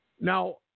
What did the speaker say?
Now